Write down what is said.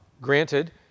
Granted